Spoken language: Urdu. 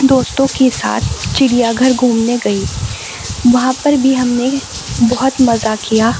دوستوں کی ساتھ چڑیا گھر گھومنے گئی وہاں پر بھی ہم نے بہت مزہ کیا